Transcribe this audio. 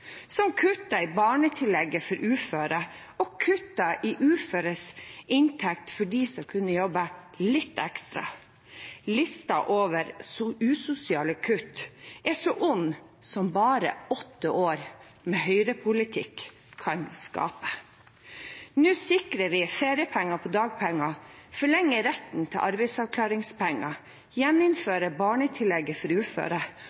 i barnetillegget for uføre og i uføres inntekt for dem som kunne jobbe litt ekstra. Listen over usosiale kutt er så ond som bare åtte år med høyrepolitikk kan skape. Nå sikrer vi feriepenger på dagpenger, forlenger retten til arbeidsavklaringspenger, gjeninnfører barnetillegget for uføre